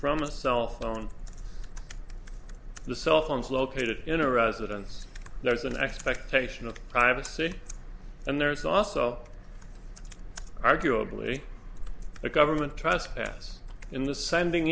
from a cell phone the cell phones located in a residence there's an expectation of privacy and there's also arguably the government trespass in the sending